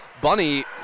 bunny